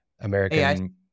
American